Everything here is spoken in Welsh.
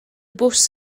bws